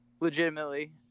legitimately